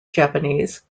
japanese